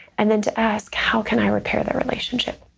and then to ask how can i repair the relationship?